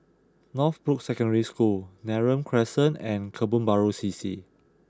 Northbrooks Secondary School Neram Crescent and Kebun Baru C C